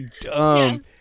dumb